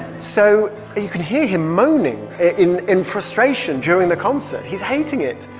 so you can hear him moaning in in frustration during the concert. he's hating it.